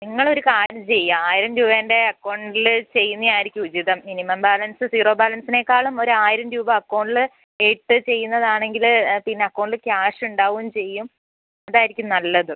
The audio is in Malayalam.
നിങ്ങൾ ഒരു കാര്യം ചെയ്യുക ആയിരം രൂപേൻ്റ അക്കൗണ്ടിൽ ചെയ്യുന്നതായിരിക്കും ഉചിതം മിനിമം ബാലൻസ് സീറോ ബാലൻസിനേക്കാളും ഒരു ആയിരം രൂപ അക്കൗണ്ടിൽ ഇട്ട് ചെയ്യുന്നതാണെങ്കിൽ പിന്നെ അക്കൗണ്ടിൽ ക്യാഷ് ഉണ്ടാവുകയും ചെയ്യും അതായിരിക്കും നല്ലതും